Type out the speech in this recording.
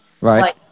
Right